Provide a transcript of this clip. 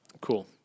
cool